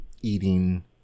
Eating